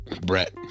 Brett